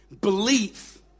belief